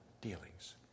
dealings